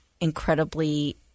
incredibly